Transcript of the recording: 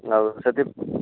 ଆଉ ସେଥି